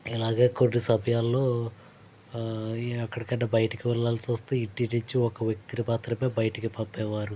ఇలాగే కొన్ని సమయాల్లో ఎక్కడికన్నా బయటికి వెళ్ళాల్సొస్తే ఇంటి నుంచి ఒక వ్యక్తిని మాత్రమే బయటకు పంపేవారు